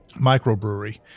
microbrewery